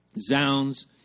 Zounds